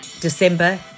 December